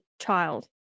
child